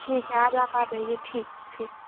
ठीक है आज आप अजाइए ठीक ठीक